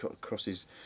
crosses